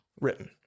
written